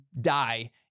die